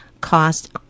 cost